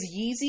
Yeezy